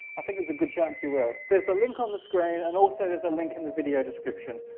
think there's a good chance you will. there's the link on the screen and also there's a link in the video description.